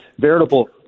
veritable